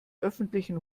öffentlichen